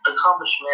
accomplishment